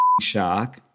shark